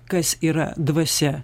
kas yra dvasia